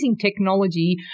technology